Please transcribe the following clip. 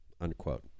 Unquote